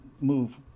move